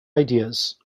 ideas